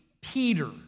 Peter